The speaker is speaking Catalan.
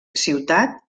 ciutat